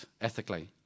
ethically